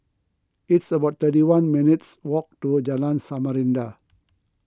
it's about thirty one minutes' walk to Jalan Samarinda